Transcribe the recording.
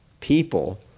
people